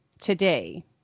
today